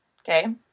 Okay